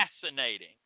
fascinating